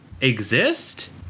exist